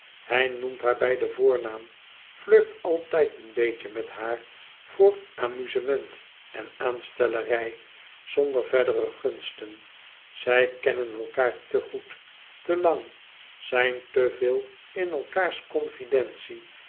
hij noemt haar bij den voornaam flirt altijd een beetje met haar voor amuzement en aanstellerij zonder verdere gunsten zij kennen elkaâr te goed te lang zijn te veel in elkaârs confidentie